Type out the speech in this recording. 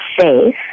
safe